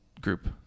group